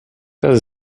das